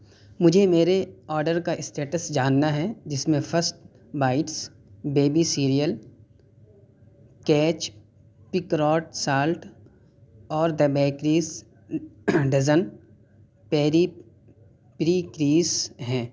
مجھے میرے آڈر کا اسٹیٹس جاننا ہے جس میں first bites baby cereal catch pink rock salt اور the bakers dozen peri peri crackers ہیں